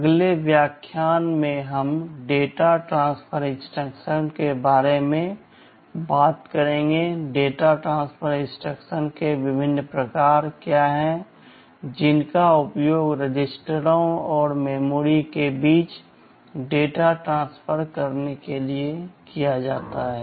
अगले व्याख्यान में हम डेटा ट्रांसफर इंस्ट्रक्शन के बारे में बात करेंगे डेटा ट्रांसफर इंस्ट्रक्शन के विभिन्न प्रकार क्या हैं जिनका उपयोग रजिस्टरों और मेमोरी के बीच डेटा ट्रांसफर करने के लिए किया जा सकता है